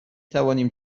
توانیم